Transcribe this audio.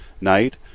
night